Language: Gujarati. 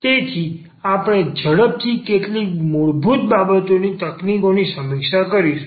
તેથી આપણે ઝડપથી કેટલીક મૂળભૂત બાબતો ની તકનીકો ની સમીક્ષા કરીશું